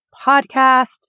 podcast